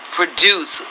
produce